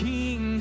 King